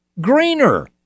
greener